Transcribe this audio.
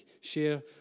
share